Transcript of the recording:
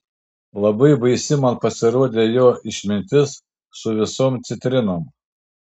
labai baisi man pasirodė jo išmintis su visom citrinom